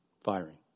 firing